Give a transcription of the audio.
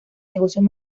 negocios